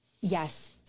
Yes